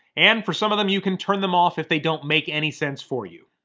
and for some of them, you can turn them off if they don't make any sense for you.